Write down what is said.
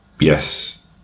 yes